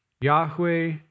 Yahweh